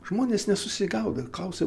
žmonės nesusigaudo klausia